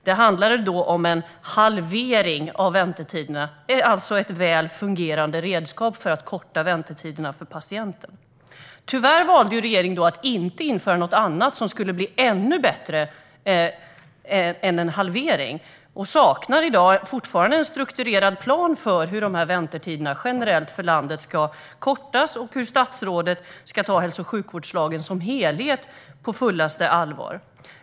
Det handlade då om en halvering av väntetiderna, alltså ett väl fungerande redskap för att korta väntetiderna för patienterna. Tyvärr valde regeringen att inte införa något annat, som skulle bli ännu bättre än en halvering. Det saknas fortfarande en strukturerad plan för hur väntetiderna generellt i landet ska kortas och hur statsrådet ska ta hälso och sjukvårdslagen som helhet på fullaste allvar.